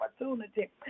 opportunity